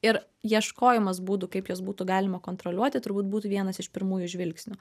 ir ieškojimas būdų kaip juos būtų galima kontroliuoti turbūt būtų vienas iš pirmųjų žvilgsnių